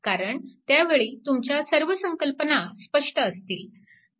कारण त्यावेळी तुमच्या सर्व संकल्पना स्पष्ट असतील